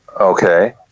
Okay